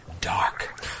dark